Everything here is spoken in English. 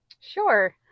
Sure